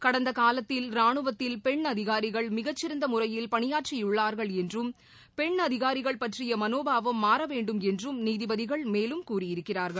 கடந்தகாலத்தில் ரானுவத்தில் பெண் அதிகாரிகள் மிகச்சிறந்தமுறையில் பணியாற்றியுள்ளார்கள் என்றும் பெண் அதிகாரிகள் பற்றியமனோபாவம் மாறவேண்டும் என்றும் நீதிபதிகள் மேலும் கூறியிருக்கிறார்கள்